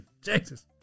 Jesus